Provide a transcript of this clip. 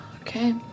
Okay